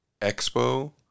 Expo